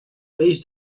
peix